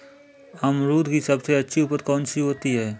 अमरूद की सबसे अच्छी उपज कौन सी है?